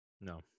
no